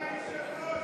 אדוני היושב-ראש,